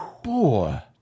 boy